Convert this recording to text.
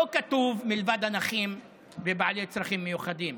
לא כתוב: מלבד הנכים ובעלי הצרכים המיוחדים,